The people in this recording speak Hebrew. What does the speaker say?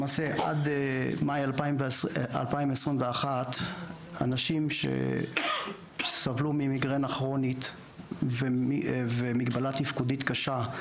למעשה עד מאי 2021 אנשים שסבלו ממיגרנה כרונית וממגבלה תפקודית קשה,